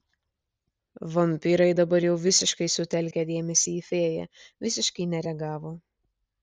vampyrai dabar jau visiškai sutelkę dėmesį į fėją visiškai nereagavo